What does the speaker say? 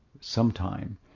sometime